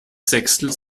sechstel